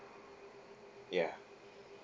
yeah